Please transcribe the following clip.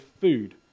food